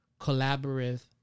collaborative